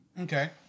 Okay